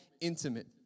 intimate